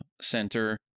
center